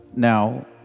Now